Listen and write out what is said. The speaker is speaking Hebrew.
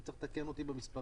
אם יש צורך לתקן אותי במספרים,